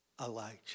Elijah